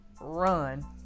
run